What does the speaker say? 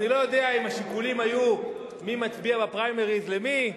אני לא יודע אם השיקולים היו מי מצביע בפריימריז למי,